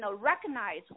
recognize